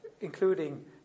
including